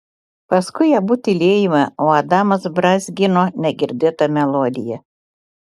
paskui abu tylėjome o adamas brązgino negirdėtą melodiją